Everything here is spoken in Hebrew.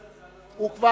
דוד,